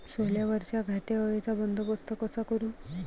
सोल्यावरच्या घाटे अळीचा बंदोबस्त कसा करू?